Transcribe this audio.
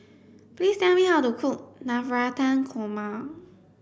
please tell me how to cook Navratan Korma